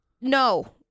No